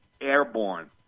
airborne